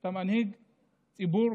אתה מנהיג ציבור,